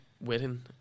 waiting